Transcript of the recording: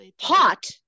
hot